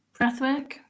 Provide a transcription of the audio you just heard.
Breathwork